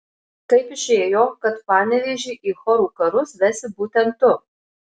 kaip išėjo kad panevėžį į chorų karus vesi būtent tu